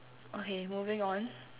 okay moving on